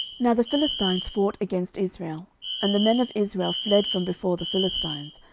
now the philistines fought against israel and the men of israel fled from before the philistines,